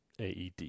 AED